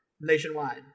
nationwide